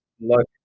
look